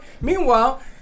meanwhile